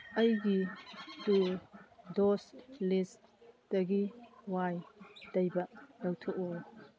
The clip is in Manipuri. ꯑꯩꯒꯤ ꯇꯨ ꯗꯣꯁ ꯂꯤꯁꯇꯒꯤ ꯋꯥꯏ ꯇꯩꯕ ꯂꯧꯊꯣꯛꯎ